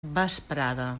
vesprada